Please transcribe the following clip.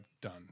done